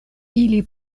ili